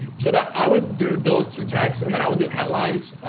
so that i would do those two texts, and then i would do headlines